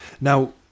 Now